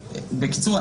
בקיצור,